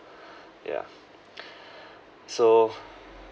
yeah so